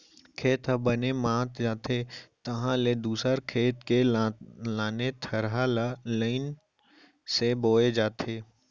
खेत ह बने मात जाथे तहाँ ले दूसर खेत के लाने थरहा ल लईन से बोए जाथे